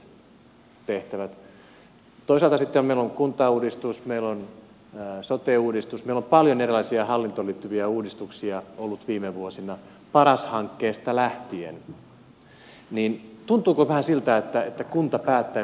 toisaalta kun meillä on kuntauudistus meillä on sote uudistus meillä on paljon erilaisia hallintoon liittyviä uudistuksia ollut viime vuosina paras hankkeesta lähtien niin tuntuuko vähän siltä että kuntapäättäjillä on happi lopussa